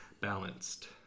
balanced